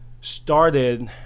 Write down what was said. started